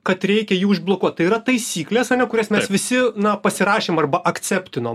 kad reikia jį užblokuot tai yra taisyklės kurias mes visi na pasirašėm arba akceptinom ane